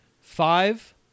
Five